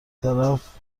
طرف